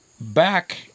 Back